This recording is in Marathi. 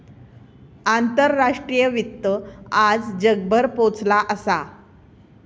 आंतराष्ट्रीय वित्त आज जगभर पोचला असा